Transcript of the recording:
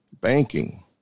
banking